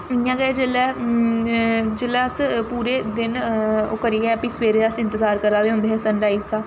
इ'यां गै जेल्लै जेल्लै अस पूरे दिन ओह् करियै भी सवेरे अस इंतजार करा दे होंदे हे सन राइज दा